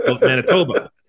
Manitoba